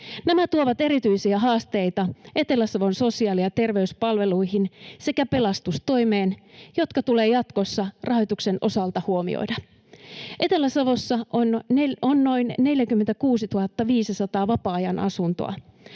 Nämä tuovat Etelä-Savon sosiaali- ja terveyspalveluihin sekä pelastustoimeen erityisiä haasteita, jotka tulee jatkossa rahoituksen osalta huomioida. Etelä-Savossa on noin 46 500 vapaa-ajanasuntoa.